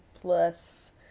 plus